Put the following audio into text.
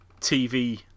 TV